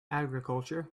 agriculture